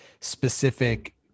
specific